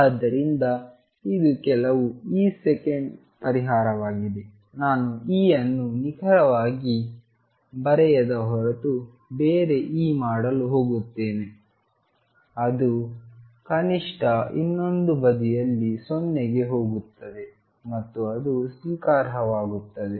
ಆದ್ದರಿಂದ ಇದು ಕೆಲವು E ಸೆಕೆಂಡ್ ಪರಿಹಾರವಾಗಿದೆ ನಾನು E ಅನ್ನು ನಿಖರವಾಗಿ ಬರೆಯದ ಹೊರತು ಬೇರೆ E ಮಾಡಲು ಹೋಗುತ್ತೇನೆ ಅದು ಕನಿಷ್ಟ ಇನ್ನೊಂದು ಬದಿಯಲ್ಲಿ 0 ಕ್ಕೆ ಹೋಗುತ್ತದೆ ಮತ್ತು ಅದು ಸ್ವೀಕಾರಾರ್ಹವಾಗಿರುತ್ತದೆ